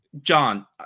John